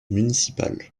municipal